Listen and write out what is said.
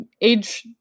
age